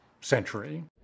century